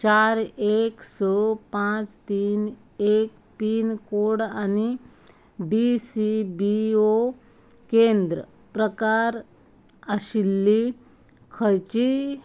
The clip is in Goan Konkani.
चार एक स पांच तीन एक पिनकोड आनी डीसीबीओ केंद्र प्रकार आशिल्लीं खंयचींय